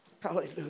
Hallelujah